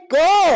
go